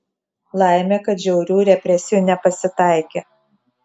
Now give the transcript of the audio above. laimė kad žiaurių represijų nepasitaikė